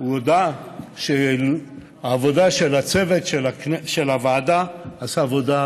הודה שהצוות של הוועדה עשה עבודה מדהימה.